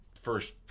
first